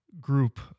group